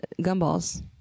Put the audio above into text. gumballs